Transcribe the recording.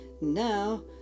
now